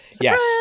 Yes